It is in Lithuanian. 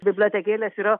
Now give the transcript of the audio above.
bibliotekėlės yra